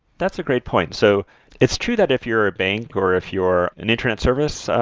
that's a great point. so it's true that if you're a bank, or if you're an internet service,